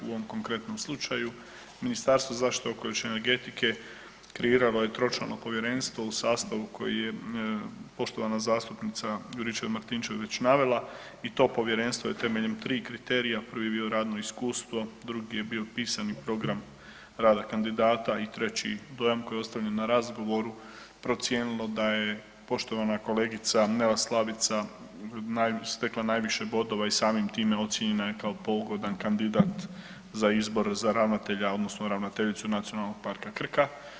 U ovom konkretnom slučaju Ministarstvo zaštite okoliša i energetike kreiralo je tročlano Povjerenstvo u sastavu koji je poštovana zastupnica Juričev Martinčev već navela i to Povjerenstvo je temeljem tri kriterija, 1. je bio radno iskustvo, 2.je bio pisani program rada kandidata i 3. dojam koji je ostavljen na razgovoru procijenilo da je poštovana kolegica Nela Slavica stekla najviše bodova i samim time ocijenjena je kao pogodan kandidat za izbor za ravnatelja odnosno ravnateljicu Nacionalnog parka Krka.